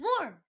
more